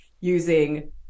using